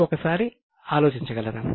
మీరు ఒకసారి ఆలోచించగలరా